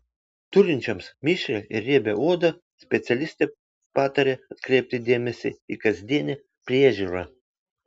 turinčioms mišrią ir riebią odą specialistė pataria atkreipti dėmesį į kasdienę priežiūrą